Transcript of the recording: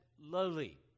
lowly